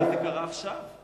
זה קרה עכשיו.